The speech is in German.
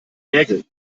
nägel